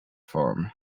farm